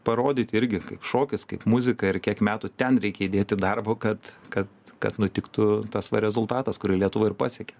parodyt irgi kaip šokis kaip muzika ir kiek metų ten reikia įdėti darbo kad kad kad nutiktų tas va rezultatas kurį lietuvoj ir pasiekė